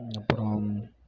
அப்புறம்